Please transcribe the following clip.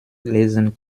lesen